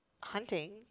hunting